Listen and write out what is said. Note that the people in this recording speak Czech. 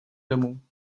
domů